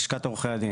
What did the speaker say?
לשכת עורכי הדין.